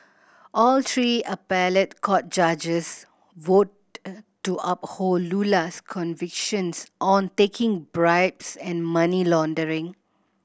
all three appellate court judges to uphold Lula's convictions on taking bribes and money laundering